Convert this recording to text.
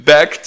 Back